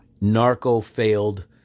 Narco-failed